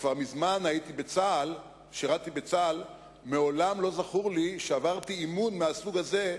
כבר מזמן שירתתי בצה"ל ומעולם לא זכור לי שעברתי אימון מהסוג הזה,